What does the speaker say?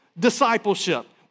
discipleship